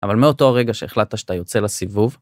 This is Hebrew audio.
אבל מאותו הרגע שהחלטת שאתה יוצא לסיבוב,